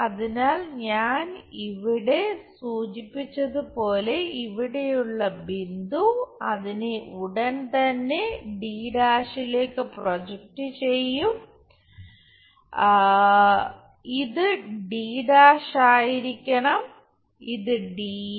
അതിനാൽ ഞാൻ ഇവിടെ സൂചിപ്പിച്ചതുപോലെ ഇവിടെയുള്ള ബിന്ദു അതിനെ ഉടനെ തന്നെ d' ലേക്ക് പ്രൊജക്റ്റ് ചെയ്യുക ഇത് d' ആയിരിക്കണം ഇത് യും